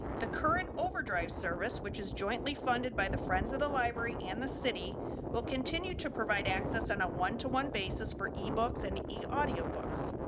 the current overdrive service, which is jointly funded by the friends of the library and the city will continue to provide access on a one to one basis for ebooks and audio books.